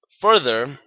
Further